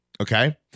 Okay